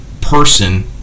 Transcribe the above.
person